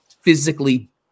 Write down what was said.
physically